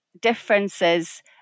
differences